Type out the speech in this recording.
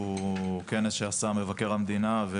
מאיזשהו כנס שעשה מבקר המדינה.